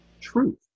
truth